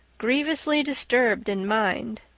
grievously disturbed in mind,